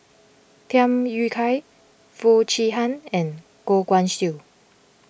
Tham Yui Kai Foo Chee Han and Goh Guan Siew